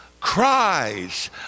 Cries